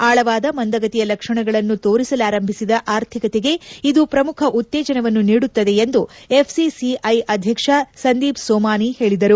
ಆಳವಾದ ಮಂದಗತಿಯ ಲಕ್ಷಣಗಳನ್ನು ತೋರಿಸಲಾರಂಭಿಸಿದ ಆರ್ಥಿಕತೆಗೆ ಇದು ಪ್ರಮುಖ ಉತ್ತೇಜನವನ್ನು ನೀಡುತ್ತದೆ ಎಂದು ಎಫ್ಸಿಸಿಐ ಅಧ್ಯಕ್ಷ ಸಂದೀಪ್ ಸೋಮನಿ ಹೇಳಿದರು